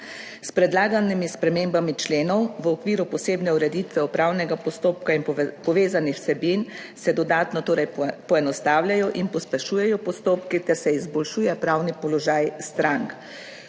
S predlaganimi spremembami členov v okviru posebne ureditve upravnega postopka in povezanih vsebin se dodatno torej poenostavljajo in pospešujejo postopki ter se izboljšuje pravni položaj strank.